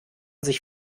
sich